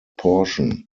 portion